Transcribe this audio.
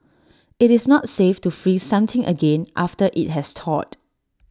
IT is not safe to freeze something again after IT has thawed